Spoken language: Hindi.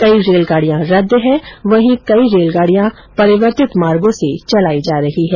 कई रेलगाडियां रद्द है वहीं कई रेलगाडियां परिवर्तित मार्गो से चलाई जा रही है